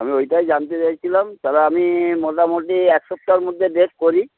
আমি ওইটাই জানতে চাইছিলাম তাহলে আমি মোটামুটি এক সপ্তাহের মধ্যে ডেট করি